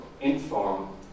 inform